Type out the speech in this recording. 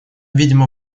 видимо